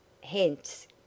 Hence